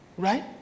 Right